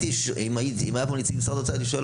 אם היה פה נציג משרד האוצר הייתי שואל